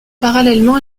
parallèlement